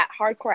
hardcore